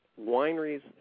wineries